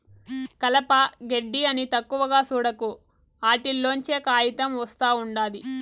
కలప, గెడ్డి అని తక్కువగా సూడకు, ఆటిల్లోంచే కాయితం ఒస్తా ఉండాది